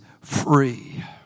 free